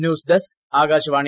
news desk Akashvani